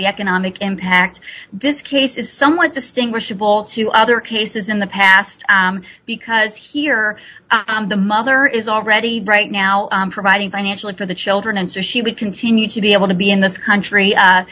the economic impact this case is somewhat distinguishable to other cases in the past because here the mother is already right now providing financially for the children and so she would continue to be able to be in this country